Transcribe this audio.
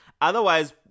otherwise